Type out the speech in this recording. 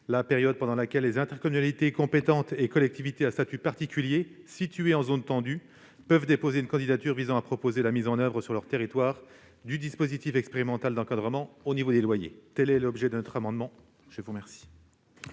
la période pendant laquelle les intercommunalités compétentes et collectivités à statut particulier, situées en zone tendue, peuvent déposer une candidature visant à proposer la mise en oeuvre sur leur territoire du dispositif expérimental d'encadrement des loyers. Quel est l'avis de la commission des affaires